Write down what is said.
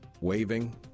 waving